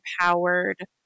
empowered